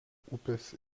upės